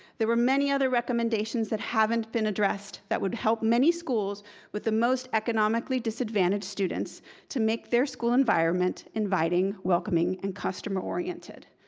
there were many other recommendations that haven't been addressed that would help many schools with the most economically disadvantaged students to make their school environment inviting, welcoming, and customer-oriented,